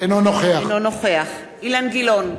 אינו נוכח אילן גילאון,